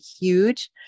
huge